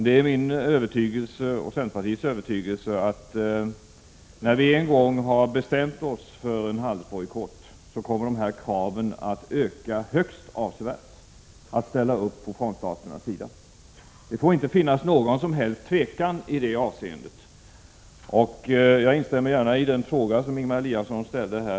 Det är min och centerpartiets övertygelse att när vi en gång har bestämt oss för en handelsbojkott, då kommer kraven på att ställa upp på frontstaternas sida att öka högst avsevärt, och då får det inte finnas någon som helst tvekan i det avseendet. Jag instämmer gärna i den fråga som Ingemar Eliasson ställde.